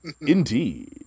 indeed